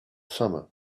summer